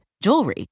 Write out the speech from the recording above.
jewelry